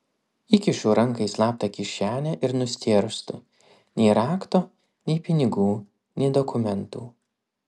įkišu ranką į slaptą kišenę ir nustėrstu nei rakto nei pinigų nei dokumentų